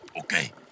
Okay